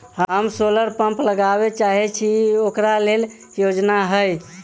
हम solar pump लगाबै चाहय छी ओकरा लेल योजना हय?